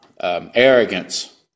arrogance